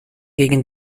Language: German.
gegen